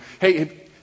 hey